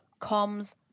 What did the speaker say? comms